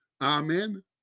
Amen